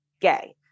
gay